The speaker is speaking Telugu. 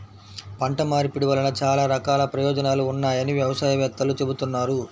పంట మార్పిడి వలన చాలా రకాల ప్రయోజనాలు ఉన్నాయని వ్యవసాయ వేత్తలు చెబుతున్నారు